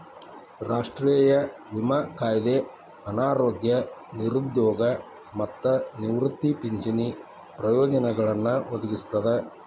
ರಾಷ್ಟ್ರೇಯ ವಿಮಾ ಕಾಯ್ದೆ ಅನಾರೋಗ್ಯ ನಿರುದ್ಯೋಗ ಮತ್ತ ನಿವೃತ್ತಿ ಪಿಂಚಣಿ ಪ್ರಯೋಜನಗಳನ್ನ ಒದಗಿಸ್ತದ